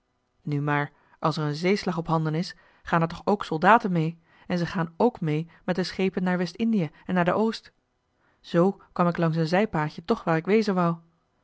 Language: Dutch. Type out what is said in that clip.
nu maar als er een zeeslag op handen is gaan er toch ook soldaten mee en ze gaan k mee met de schepen naar west-indië en naar de oost zoo kwam ik langs een zijpaadje toch waar ik wezen wou